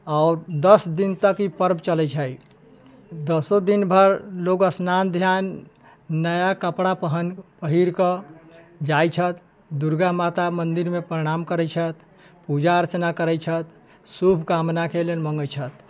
आओर दस दिन तक ई पर्ब चलै छै दसो दिन भरि लोक स्नान ध्यान नया कपड़ा पहन पहिरकऽ जाइ छथि दुर्गा माता मन्दिरमे प्रणाम करै छथि पूजा अर्चना करै छथि शुभ कामनाके लेल मङ्गै छथि